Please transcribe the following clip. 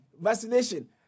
vaccination